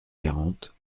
quarante